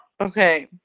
Okay